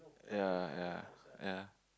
ya ya ya